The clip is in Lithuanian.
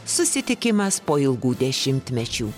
susitikimas po ilgų dešimtmečių